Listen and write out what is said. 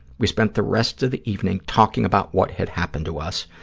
we spent the rest of the evening talking about what had happened to us,